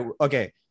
okay